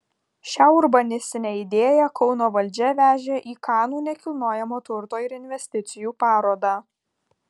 šią urbanistinę idėją kauno valdžia vežė į kanų nekilnojamojo turto ir investicijų parodą